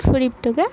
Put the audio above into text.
শরিফ থেকে